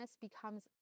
becomes